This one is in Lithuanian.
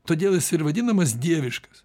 todėl jis ir vadinamas dieviškas